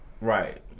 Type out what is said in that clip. Right